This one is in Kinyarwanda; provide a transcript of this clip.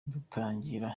dutangiye